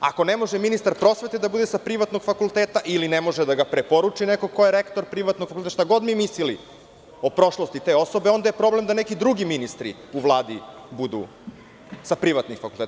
Ako ne može ministar prosvete da bude sa privatnog fakulteta ili ne može da ga preporuči neko ko je rektor privatnog fakulteta, šta god mi mislili o prošlosti te osobe, onda je problem da neki drugi ministri u Vladi budu sa privatnih fakulteta.